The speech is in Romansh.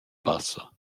bassa